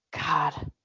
God